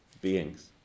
beings